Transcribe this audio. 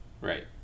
right